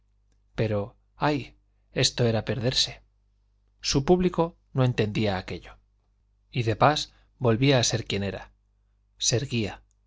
pero ay esto era perderse su público no entendía aquello y de pas volvía a ser quien era se erguía